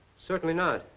certainly not.